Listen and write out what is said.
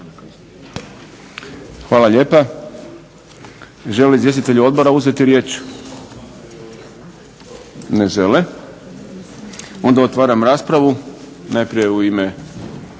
Hvala lijepa. Žele li izvjestitelji odbora uzeti riječ? Ne žele. Onda otvaram raspravu. Najprije u ime